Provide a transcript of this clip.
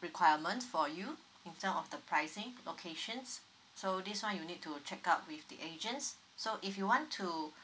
requirement for you in term of the pricing locations so this one you'll need to check out with the agents so if you want to